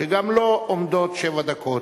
שגם לו עומדות שבע דקות.